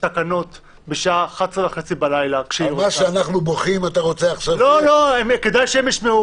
כדי שאם מישהו לא יסכים